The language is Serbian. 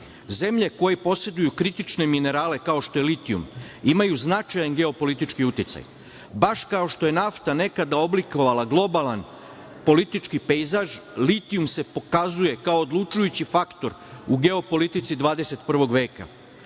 Zemlje koje poseduju kritične minerale, kao što je litijum, imaju značajan geopolitički uticaj. Baš kao što je nafta nekada oblikovala globalan politički pejzaž, litijum se pokazuje kao odlučujući faktor u geopolitici 21. veka.